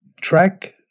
track